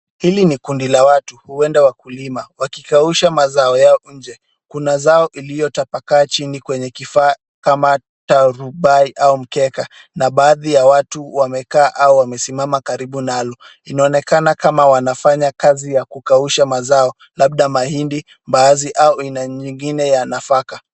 Hili ni kundi la watu, huenda wakulima, wakikausha mazao yao nje, kuna zao iliyotapaka chini kwenye kifaa kama tarumbai au mkeka, na baadhi ya watu wamekaa au wamesimama karibu nalo. Inaonekana kama wanafanya kazi ya kukausha mazao, labda mahindi, mbahazi au aina nyingine ya nafaka.